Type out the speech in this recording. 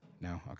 No